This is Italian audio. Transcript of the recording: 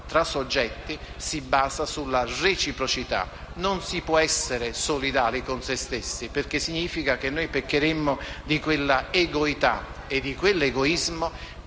tra soggetti si basa sulla reciprocità. Non si può essere solidali con se stessi, perché peccheremo di quella egoità e di quell'egoismo